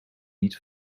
niet